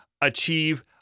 achieve